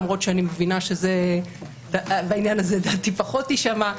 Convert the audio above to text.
למרות שאני מבינה שבעניין הזה דעתי פחות תישמע,